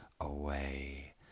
away